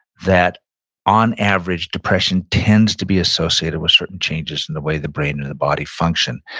that on average depression tends to be associated with certain changes in the way the brain and the body function,